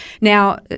Now